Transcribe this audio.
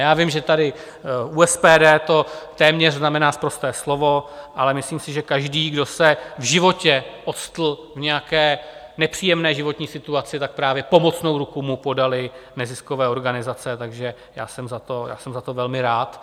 Já vím, že tady u SPD to téměř znamená sprosté slovo, ale myslím si, že každý, kdo se v životě ocitl v nějaké nepříjemné životní situaci, právě pomocnou ruku mu podaly neziskové organizace, takže já jsem za to velmi rád.